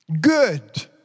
Good